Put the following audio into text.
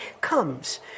comes